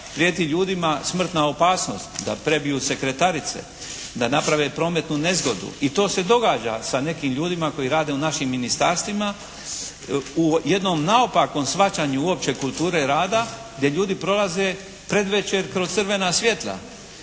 prijeti ljudima smrtna opasnost da prebiju sekretarice, da naprave prometnu nezgodu i to se događa sa nekim ljudima koji rade u našim ministarstvima. U jednom naopakom shvaćanju uopće kulture rada gdje ljudi prolaze predvečer kroz crvena svjetla.